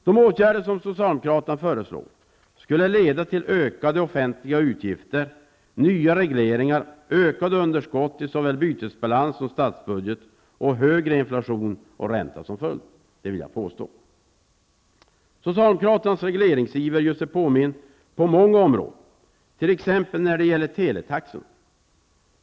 De åtgärder som socialdemokraterna föreslår skulle leda till ökade offentliga utgifter, nya regleringar, ökade underskott i såväl bytesbalans som statsbudget och högre inflation och ränta. Socialdemokraternas regleringsiver gör sig påmind på många områden t.ex. när det gäller teletaxorna.